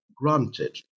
Granted